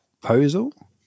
proposal